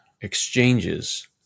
exchanges